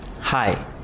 Hi